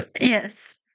Yes